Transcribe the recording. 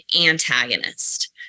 antagonist